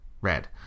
Red